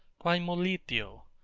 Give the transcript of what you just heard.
quae molitio?